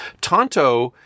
Tonto